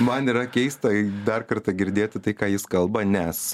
man yra keistai dar kartą girdėti tai ką jis kalba nes